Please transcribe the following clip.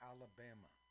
Alabama